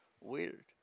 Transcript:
weird